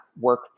work